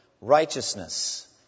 righteousness